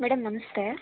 madam ನಮಸ್ತೆ